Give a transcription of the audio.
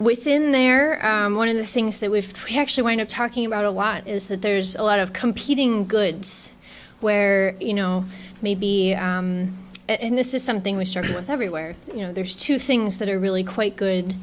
within their one of the things that we've actually wind up talking about a lot is that there's a lot of competing goods where you know maybe and this is something we started with everywhere you know there's two things that are really quite good